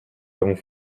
l’avons